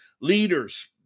leaders